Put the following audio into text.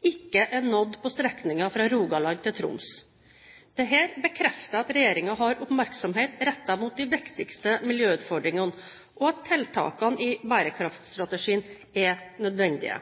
ikke er nådd på strekningen fra Rogaland til Troms. Dette bekrefter at regjeringen har oppmerksomhet rettet mot de viktigste miljøutfordringene, og at tiltakene i bærekraftstrategien er nødvendige.